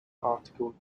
article